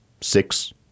six